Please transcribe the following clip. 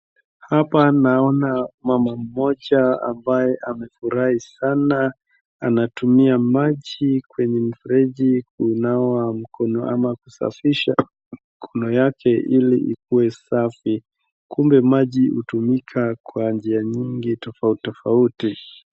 Hapa naona mama mmoja ambaye amefurahi sana, anatumia maji kwenye mfereji kunawa mkono ama kusafisha mkono yake ili ikue safi. Kumbe maji hutumika kwa njia nyingi tofauti tofauti.